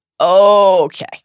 Okay